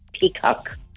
peacock